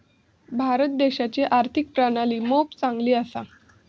भारत देशाची आर्थिक प्रणाली मोप चांगली असा